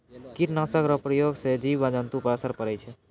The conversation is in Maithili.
कीट नाशक रो प्रयोग से जिव जन्तु पर असर पड़ै छै